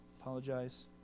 apologize